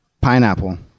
Pineapple